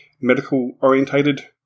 medical-orientated